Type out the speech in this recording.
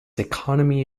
economy